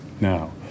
now